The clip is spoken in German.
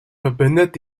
verbindet